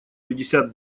пятьдесят